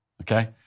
Okay